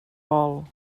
vol